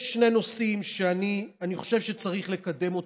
יש שני נושאים שאני חושב שצריך לקדם: